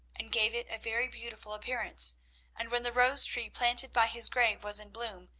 and gave it a very beautiful appearance and when the rose tree planted by his grave was in bloom,